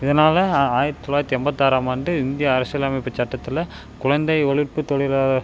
இதனாலே ஆ ஆயிரத்தி தொள்ளாயிரத்தி ஐம்பத்தாறாம் ஆண்டு இந்திய அரசியலமைப்பு சட்டத்தில் குழந்தை ஒழிப்பு தொழிலாளர்